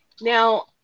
Now